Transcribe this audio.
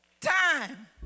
time